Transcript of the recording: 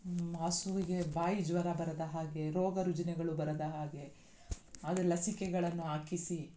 ಹಸುವಿಗೆ ಬಾಯಿ ಜ್ವರ ಬರದ ಹಾಗೆ ರೋಗ ರುಜಿನಗಳು ಬರದ ಹಾಗೆ ಅದು ಲಸಿಕೆಗಳನ್ನು ಹಾಕಿಸಿ